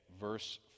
verse